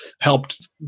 helped